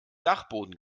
dachboden